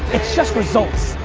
it's just results.